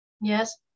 Yes